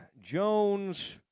Jones